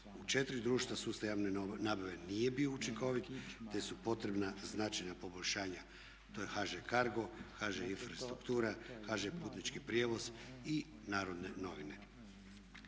U 4 društva sustav javne nabave nije bio učinkovit te su potrebna značajna poboljšanja, to je HŽ CARGO, HŽ Infrastruktura, HŽ Putnički prijevoz i Narodne novine.